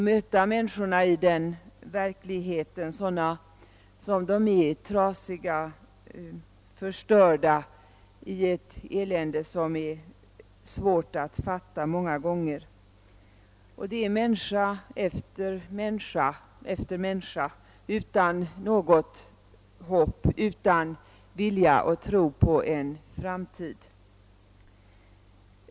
Det gäller i verkligheten människor som är förstörda och trasiga, människor som lever i ett elände som många gånger är svårt att fatta, människor utan något som helst hopp, utan vilja och tro på en framtid.